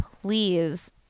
please